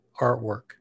artwork